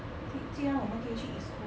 既然既然我们可以去 east coast